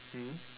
mm